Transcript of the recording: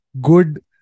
good